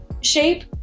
shape